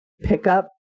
pickup